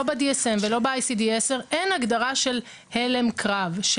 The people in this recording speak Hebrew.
לא ב-DSM ולא ב- 10-ICD אין הגדרה של הלם קרב,